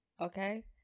okay